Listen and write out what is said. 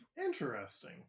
interesting